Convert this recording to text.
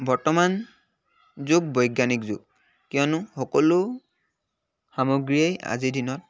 বৰ্তমান যুগ বৈজ্ঞানিক যুগ কিয়নো সকলো সামগ্ৰীয়েই আজিৰ দিনত